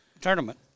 tournament